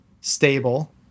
stable